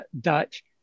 Dutch